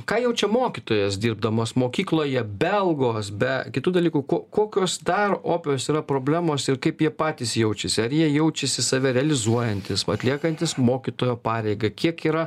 ką jaučia mokytojas dirbdamas mokykloje be algos be kitų dalykų ko kokios dar opios yra problemos ir kaip jie patys jaučiasi ar jie jaučiasi save realizuojantys atliekantys mokytojo pareigą kiek yra